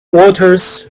waters